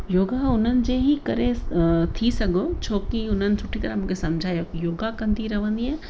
योगा उन्हनि जे ई करे थी सघो छो की हुननि सुठी तरह मूंखे सम्झायो योगा कंदी रहंदीएं